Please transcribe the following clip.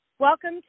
Welcome